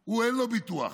הוא, אין לו ביטוח.